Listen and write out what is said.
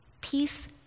Peace